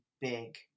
big